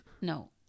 No